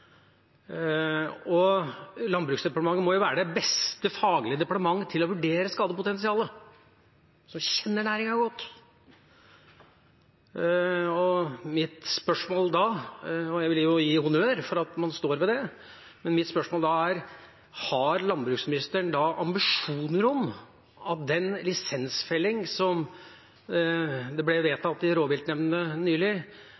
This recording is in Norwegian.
Landbruksdepartementet, som kjenner næringa godt, må jo faglig være det beste departementet til å vurdere skadepotensialet. Og jeg vil gi honnør for at man står ved det. Mitt spørsmål er da: Har landbruksministeren ambisjoner om at den lisensfellingen som ble vedtatt i rovviltnemnda nylig,